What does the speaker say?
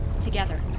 Together